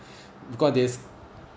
because there's